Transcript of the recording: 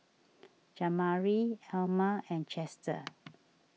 Jamari Elma and Chester